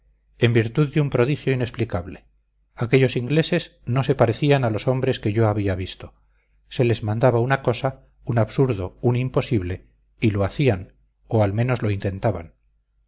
en virtud de un prodigio inexplicable aquellos ingleses no se parecían a los hombres que yo había visto se les mandaba una cosa un absurdo un imposible y lo hacían o al menos lo intentaban